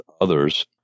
others